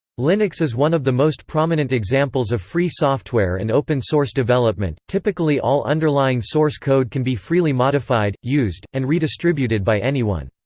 linux is one of the most prominent examples of free software and open source development typically all underlying source code can be freely modified, used, and redistributed by anyone.